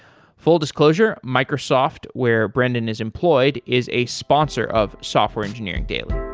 full disclosure microsoft, where brendan is employed, is a sponsor of software engineering daily